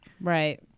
Right